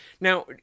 Now